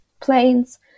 planes